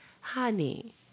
honey